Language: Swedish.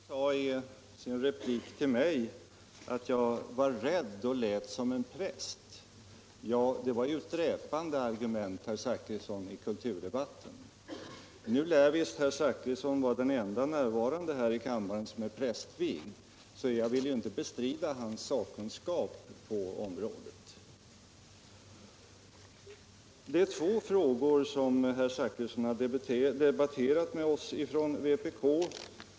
Herr talman! Herr Zachrisson sade i en replik till mig att jag var rädd och lät som en präst. Det var ju ett dräpande argument i kulturdebatten. herr kulturminister. Nu tycks herr Zachrisson vara den ende här i kammaren närvarande som är prästvigd, så jag vill inte bestrida hans sakkunskap på området. Det är två frågor som herr Zachrisson debatterat med oss från vpk.